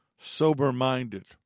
sober-minded